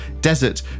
desert